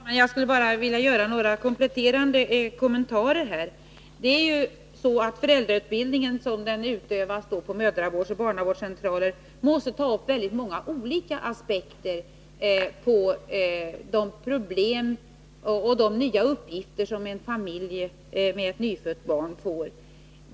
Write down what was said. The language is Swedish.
Herr talman! Jag vill bara göra några kompletterande kommentarer. Föräldrautbildningen som den utövas på mödravårdsoch barnavårdscentraler måste ta upp många olika aspekter på de problem och nya uppgifter som en familj med ett nyfött barn får.